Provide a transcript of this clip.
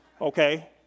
okay